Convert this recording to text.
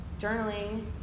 journaling